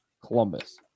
Columbus